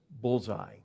bullseye